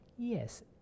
Yes